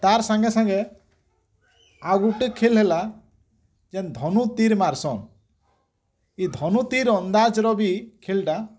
ତାର୍ ସାଙ୍ଗେ ସାଙ୍ଗେ ଆଉ ଗୁଟେ ଖେଲ୍ ହେଲା ଯେନ୍ ଧନୁ ତୀର୍ ମାର୍ସନ୍ ଏ ଧନୁ ତୀର୍ ଅନ୍ଦାଜ ର୍ ବି ଖେଲ୍ ଟା